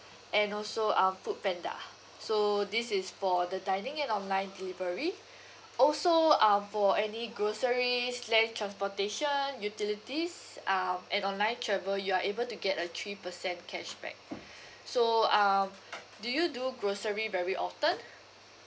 and also um Foodpanda so this is for the dining and online delivery also um for any groceries land transportation utilities um and online travel you are able to get a three percent cashback so um do you do grocery very often